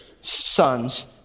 sons